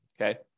okay